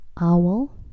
Owl